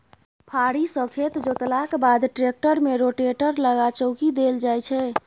फारी सँ खेत जोतलाक बाद टेक्टर मे रोटेटर लगा चौकी देल जाइ छै